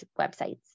websites